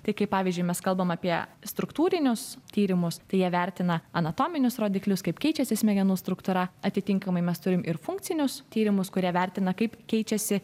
tai kaip pavyzdžiui mes kalbam apie struktūrinius tyrimus tai jie vertina anatominius rodiklius kaip keičiasi smegenų struktūra atitinkamai mes turim ir funkcinius tyrimus kurie vertina kaip keičiasi